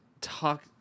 talk